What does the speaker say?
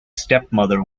stepmother